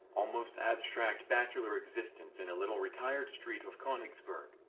almost abstract bachelor existence in a little retired street of konigsberg,